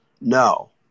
no